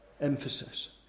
emphasis